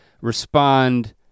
respond